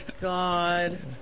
God